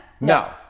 No